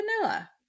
vanilla